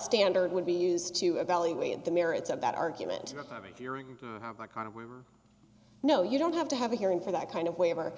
standard would be used to evaluate the merits of that argument no you don't have to have a hearing for that kind of waiver